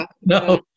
No